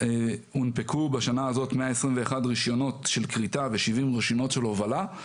הונפקו בשנה הזאת 121 רישיונות של כריתה ו-70 רישיונות של הובלה.